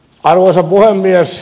arvoisa puhemies